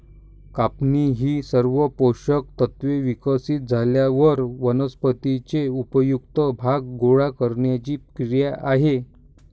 कापणी ही सर्व पोषक तत्त्वे विकसित झाल्यावर वनस्पतीचे उपयुक्त भाग गोळा करण्याची क्रिया आहे